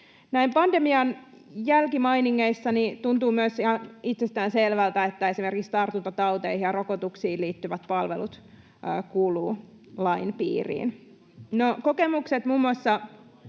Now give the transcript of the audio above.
pandemian jälkimainingeissa tuntuu myös ihan itsestään selvältä, että esimerkiksi tartuntatauteihin ja rokotuksiin liittyvät palvelut kuuluvat lain piiriin. No, kokemukset muun muassa